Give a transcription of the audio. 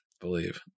believe